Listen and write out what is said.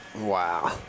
Wow